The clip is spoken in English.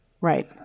Right